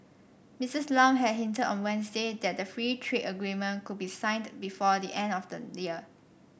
Mrs Lam had hinted on Wednesday that the free trade agreement could be signed before the end of the year